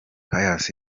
pius